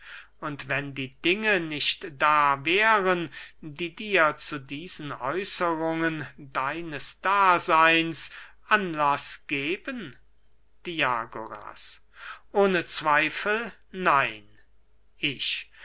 und wenn die dinge nicht da wären die dir zu diesen äußerungen deines daseyns anlaß geben diagoras ohne zweifel nein ich